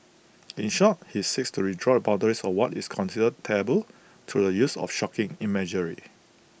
in short he seeks to redraw the boundaries of what is considered taboo to the use of shocking imagery